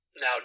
now